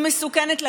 היא מסוכנת לגוף,